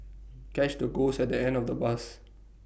catch the ghost at the end of the bus